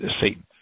Satan